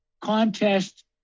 contest